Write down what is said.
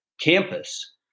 campus